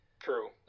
True